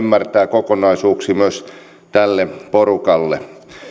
kokonaisuuksia ymmärtää myös tälle porukalle